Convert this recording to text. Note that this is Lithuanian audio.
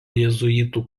jėzuitų